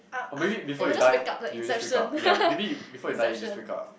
or maybe before you die you will just wake up ya maybe before you die you just wake up